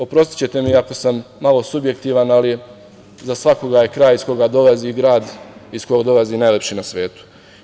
Oprostićete mi ako sam malo subjektivan, ali za svakoga je kraj iz koga dolazi i grad iz koga dolazi najlepši na svetu.